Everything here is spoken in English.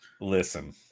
Listen